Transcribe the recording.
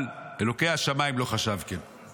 אבל "אלוקי השמים לא חשב כן.